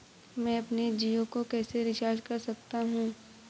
मैं अपने जियो को कैसे रिचार्ज कर सकता हूँ?